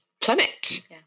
plummet